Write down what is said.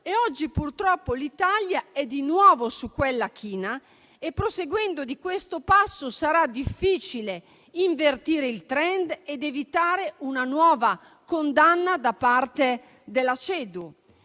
Oggi, purtroppo, l'Italia è di nuovo su quella china e, proseguendo di questo passo, sarà difficile invertire il *trend* ed evitare una nuova condanna da parte della CEDU.